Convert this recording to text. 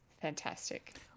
fantastic